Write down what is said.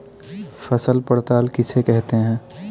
फसल पड़ताल किसे कहते हैं?